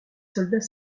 soldats